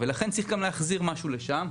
לכן צריך גם להחזיר לשם משהו.